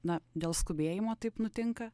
na dėl skubėjimo taip nutinka